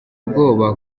ubwoba